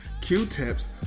Q-tips